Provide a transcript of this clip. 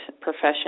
profession